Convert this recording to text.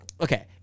Okay